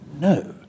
no